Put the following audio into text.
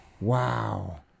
Wow